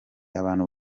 abantu